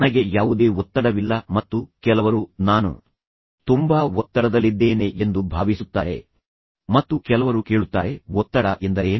ನನಗೆ ಯಾವುದೇ ಒತ್ತಡವಿಲ್ಲ ಮತ್ತು ಕೆಲವರು ನಾನು ತುಂಬಾ ಒತ್ತಡದಲ್ಲಿದ್ದೇನೆ ಎಂದು ಭಾವಿಸುತ್ತಾರೆ ಮತ್ತು ಕೆಲವರು ಕೇಳುತ್ತಾರೆ ಒತ್ತಡ ಎಂದರೇನು